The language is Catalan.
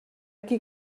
qui